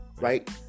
right